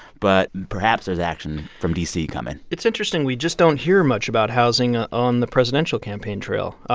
but perhaps there's action from d c. coming it's interesting. we just don't hear much about housing ah on the presidential campaign trail.